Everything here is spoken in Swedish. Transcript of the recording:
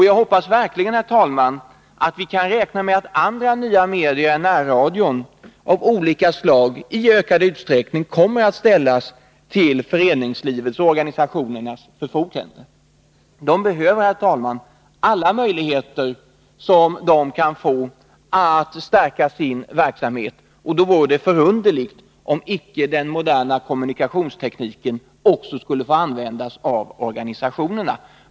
Jag hoppas verkligen, herr talman, att vi kan räkna med att andra nya medier än närradion i ökad utsträckning kommer att ställas till föreningslivets och organisationernas förfogande. Dessa behöver alla möjligheter de kan få för att stärka sin verksamhet. Därför vore det förunderligt om icke den moderna kommunikationstekniken också skulle få användas av organisationerna.